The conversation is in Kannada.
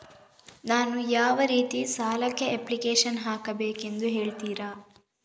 ನಾನು ಯಾವ ರೀತಿ ಸಾಲಕ್ಕೆ ಅಪ್ಲಿಕೇಶನ್ ಹಾಕಬೇಕೆಂದು ಹೇಳ್ತಿರಾ?